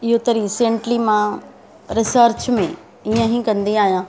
इहो त रीसेंटली मां रिसर्च में इयं ई कंदी आहियां